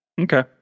Okay